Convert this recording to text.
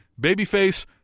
Babyface